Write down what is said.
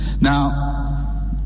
now